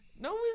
No